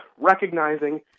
recognizing